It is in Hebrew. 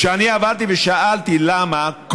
כשאני עברתי ושאלתי למה,